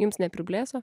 jums nepriblėso